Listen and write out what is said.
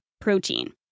protein